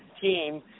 team